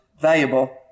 valuable